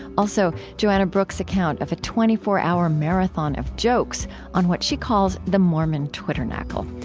also, joanna brooks' account of a twenty four hour marathon of jokes on what she calls the mormon twitternacle.